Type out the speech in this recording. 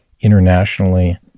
internationally